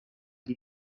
the